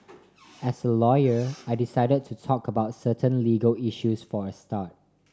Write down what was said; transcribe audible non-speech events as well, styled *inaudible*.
*noise* as a lawyer I decide to talk about certain legal issues for a start